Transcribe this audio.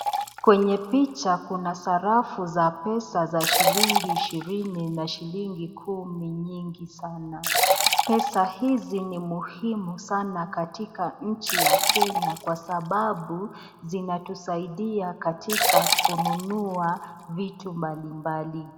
Kwenye picha kuna sarafu za pesa za shilingi ishirini na shilingi kumi nyingi sana. Pesa hizi ni muhimu sana katika nchi ya Kenya kwa sababu zinatusaidia katika kununua vitu mbalimbali.